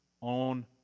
on